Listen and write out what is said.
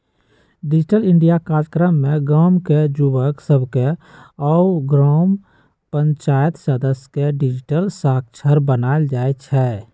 digital India काजक्रम में गाम के जुवक सभके आऽ ग्राम पञ्चाइत सदस्य के डिजिटल साक्षर बनाएल जाइ छइ